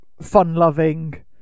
fun-loving